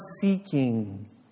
seeking